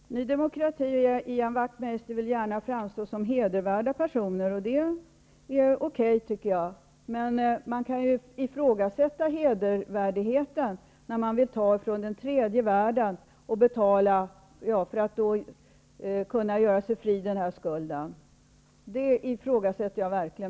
Fru talman! Ny demokrati och Ian Wachtmeister vill gärna framstå som hedervärda personer, och det är okej, men jag ifrågasätter mycket starkt hedervärdheten när de vill ta från tredje världen för att vi skall kunna göra oss fria från den här skulden.